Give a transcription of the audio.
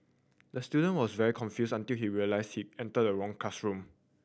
the student was very confused until he realised he entered the wrong classroom